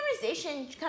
conversation